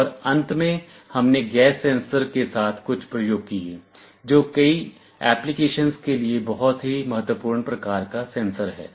और अंत में हमने गैस सेंसर के साथ कुछ प्रयोग किए जो कई एप्लीकेशनस के लिए बहुत ही महत्वपूर्ण प्रकार का सेंसर है